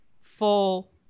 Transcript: full